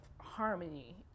harmony